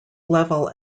level